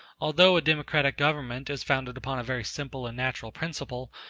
although a democratic government is founded upon a very simple and natural principle,